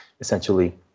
essentially